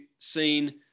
seen